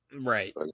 Right